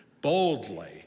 boldly